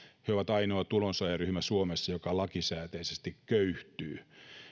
he ovat ainoa tulonsaajaryhmä suomessa joka lakisääteisesti köyhtyy